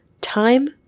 Time